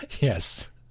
Yes